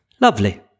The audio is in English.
Lovely